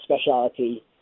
speciality